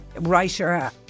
writer